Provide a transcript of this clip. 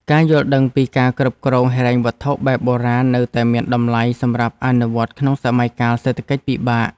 ការយល់ដឹងពីការគ្រប់គ្រងហិរញ្ញវត្ថុបែបបុរាណនៅតែមានតម្លៃសម្រាប់អនុវត្តក្នុងសម័យកាលសេដ្ឋកិច្ចពិបាក។